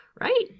Right